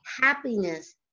Happiness